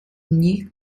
nicht